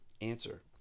Answer